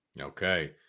Okay